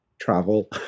travel